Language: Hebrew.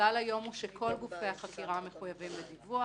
הכלל היום הוא שכל גופי החקירה מחויבים בדיווח.